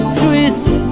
twist